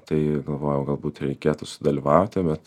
tai galvojau galbūt reikėtų sudalyvauti bet